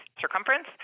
circumference